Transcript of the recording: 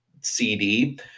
CD